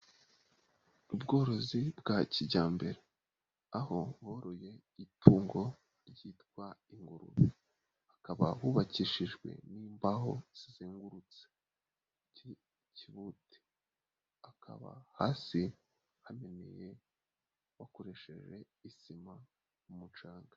Ubworozi bwa kijyambere aho boroye itungo ryitwa ingurube, hakaba hubakishijwe n'imbaho zizengurutse, ikibute akaba hasi hameneye, hakoresheje isima n'umucanga.